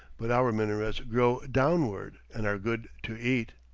but our minarets grow downward and are good to eat.